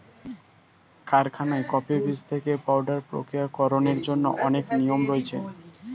কারখানায় কফি বীজ থেকে পাউডার প্রক্রিয়াকরণের জন্য অনেক নিয়ম রয়েছে